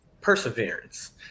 perseverance